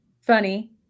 funny